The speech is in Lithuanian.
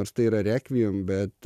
nors tai yra rekviem bet